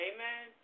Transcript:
Amen